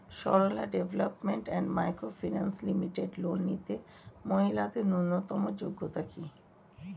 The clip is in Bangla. Sarala development and micro finance limited loan নিতে মহিলাদের ন্যূনতম যোগ্যতা কী?